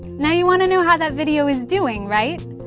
now you want to know how that video is doing, right?